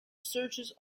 searches